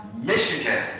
Michigan